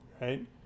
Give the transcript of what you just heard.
Right